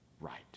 Right